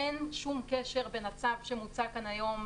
אין שום קשר בין הצו שמוצע כאן היום,